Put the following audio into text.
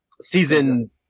season